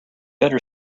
better